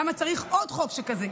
למה צריך עוד חוק שכזה?